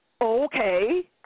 Okay